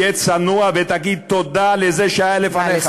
היה צנוע, ותגיד תודה לזה שהיה לפניך,